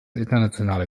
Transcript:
internationale